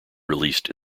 released